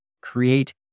Create